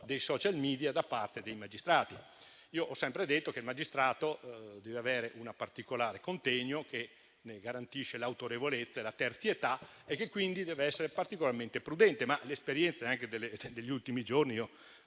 dei *social media* da parte dei magistrati. Ho sempre detto che il magistrato deve avere un particolare contegno che ne garantisce l'autorevolezza e la terzietà e che quindi deve essere particolarmente prudente. Le esperienze anche degli ultimi giorni